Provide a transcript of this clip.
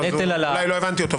אז אולי לא הבנתי אותו,